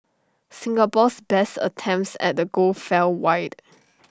Singapore's best attempts at the goal fell wide